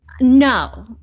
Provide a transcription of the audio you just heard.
No